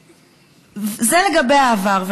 זה, לגבי העבר.